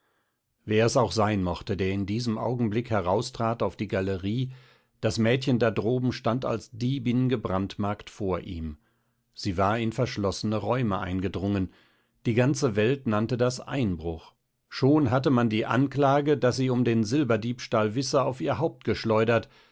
wer es auch sein mochte der in diesem augenblick heraustrat auf die galerie das mädchen da droben stand als diebin gebrandmarkt vor ihm sie war in verschlossene räume eingedrungen die ganze welt nannte das einbruch schon hatte man die anklage daß sie um den silberdiebstahl wisse auf ihr haupt geschleudert